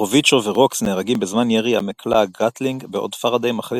רוביצ'ו ורוקס נהרגים בזמן ירי מקלע הגאטלינג בעוד פאראדיי מחליט